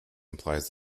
implies